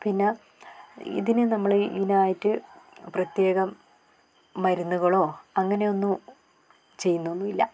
പിന്നെ ഇതിന് നമ്മൾ ഇതിനായിട്ട് പ്രത്യേകം മരുന്നുകളോ അങ്ങനെയൊന്നു ചെയ്യുന്നൊന്നുമില്ല